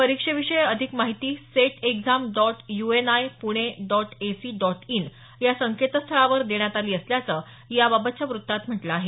परीक्षेविषयीची अधिक माहिती set exam dot U N I Pune dot AC dot in या संकेतस्थळावर देण्यात आली असल्याचं याबाबतच्या वृत्तात म्हटलं आहे